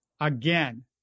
again